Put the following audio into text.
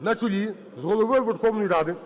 на чолі з Головою Верховної Ради